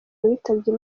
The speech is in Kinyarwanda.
witabye